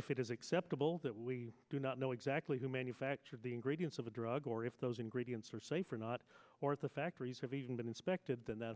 if it is acceptable that we do not know exactly who manufactured the ingredients of a drug or if those ingredients are safe or not or if the factories have even been inspected then th